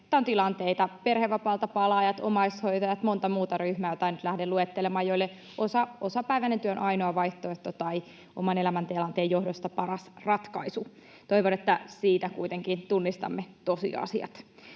että on tilanteita — perhevapaalta palaajat, omaishoitajat, monta muuta ryhmää, joita en nyt lähde luettelemaan — joissa osapäiväinen työ on ainoa vaihtoehto tai oman elämäntilanteen johdosta paras ratkaisu. Toivon, että siinä kuitenkin tunnistamme tosiasiat.